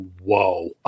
whoa